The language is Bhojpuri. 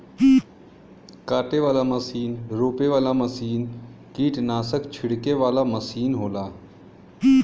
काटे वाला मसीन रोपे वाला मसीन कीट्नासक छिड़के वाला मसीन होला